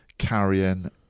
carrying